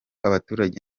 abaturage